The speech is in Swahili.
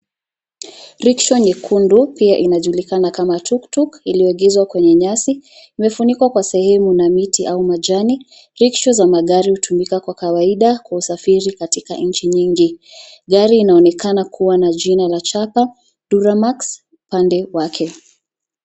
Riksho nyekundu pia inajulikana kama tuktuk iliegezwa kwenye nyasi. Imefunikwa Kwa sehemu na miti au majani. Riksho za magari hutumika Kwa kawaida kwa usafiri katika nchi nyingi. Gari inaonekana kuwa na jina la chaka duramax upande wake.